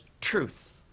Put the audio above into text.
truth